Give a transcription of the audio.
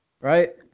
Right